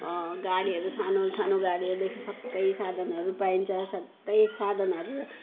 गाडीहरू सानो सानो गाडीहरूदेखि सबै साधनहरू पाइन्छ सधैँ साधनहरू